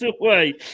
away